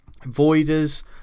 Voider's